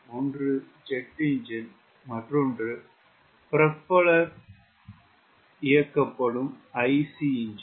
ஒன்று jet engine மற்றொன்று propeller இயக்கப்படும் IC இன்ஜின்